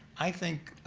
i think